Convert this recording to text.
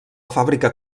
fàbrica